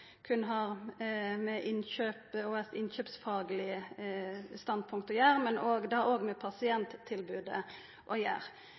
med eit innkjøpsfagleg standpunkt å gjera, det har òg med pasienttilbodet å